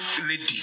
lady